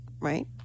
right